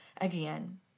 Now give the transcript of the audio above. again